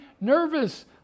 nervous